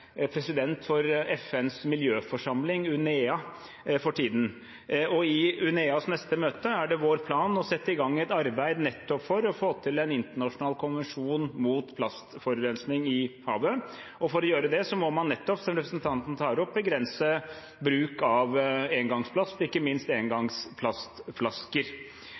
president for FNs miljøforsamling, UNEA, for tiden. I UNEAs neste møte er det vår plan å sette i gang et arbeid nettopp for å få til en internasjonal konvensjon mot plastforurensning i havet, og for å gjøre det må man nettopp, som representanten tar opp, begrense bruk av engangsplast, ikke minst engangs plastflasker.